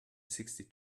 sixty